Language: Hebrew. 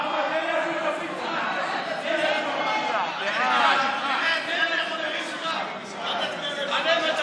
ההצעה להעביר לוועדה את הצעת חוק התפזרות הכנסת העשרים-ושלוש,